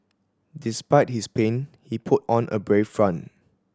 despite his pain he put on a brave front